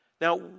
Now